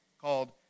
called